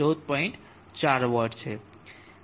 4 W છે